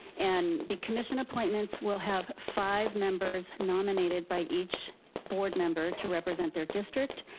and the commission appointments will have five members nominated by each board member to represent their district,